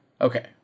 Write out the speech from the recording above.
Okay